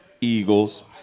Eagles